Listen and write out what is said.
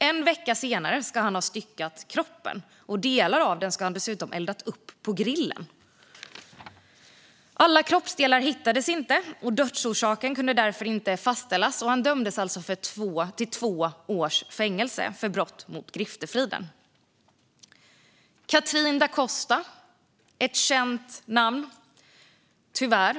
En vecka senare ska han ha styckat kroppen, och delar av den ska han dessutom ha eldat upp på grillen. Alla kroppsdelar hittades inte, och dödsorsaken kunde därför inte fastställas. Han dömdes alltså till två års fängelse för brott mot griftefriden. Catrine da Costa är ett känt namn, tyvärr.